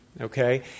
okay